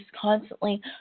constantly